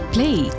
Play